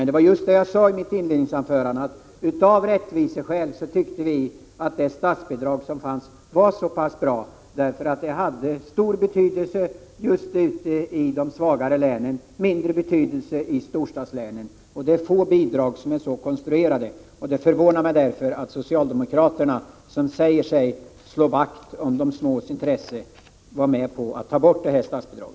Det var just det jag sade i mitt inledningsanförande: Av rättviseskäl var, tyckte vi, det statsbidrag som fanns bra, därför att det hade stor betydelse i de svagare länen och mindre betydelse i storstadslänen. Det är få bidrag som är så konstruerade. Det förvånar mig därför att socialdemokraterna, som säger sig slå vakt om de smås intressen, gick med på att ta bort detta statsbidrag.